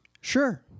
Sure